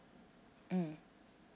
mm